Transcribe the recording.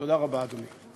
תודה רבה, אדוני.